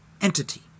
entity